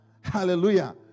Hallelujah